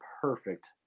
perfect